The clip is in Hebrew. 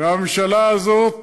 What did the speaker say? הממשלה הזאת,